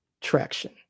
traction